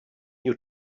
you